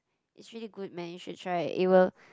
is really good man you should try it it will